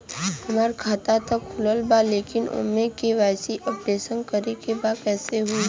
हमार खाता ता खुलल बा लेकिन ओमे के.वाइ.सी अपडेट करे के बा कइसे होई?